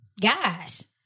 guys